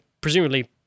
presumably